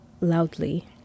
loudly